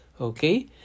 okay